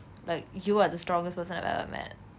like you are the strongest person I've ever met